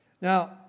Now